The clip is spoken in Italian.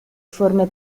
forme